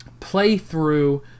playthrough